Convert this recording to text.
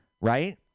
right